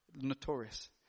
notorious